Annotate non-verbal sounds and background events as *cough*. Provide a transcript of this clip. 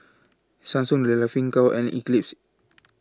Samsung The Laughing Cow and Eclipse *noise*